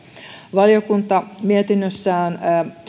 valiokunta mietinnössään